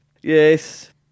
yes